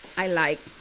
i like